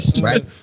Right